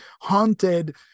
haunted